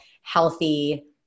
healthy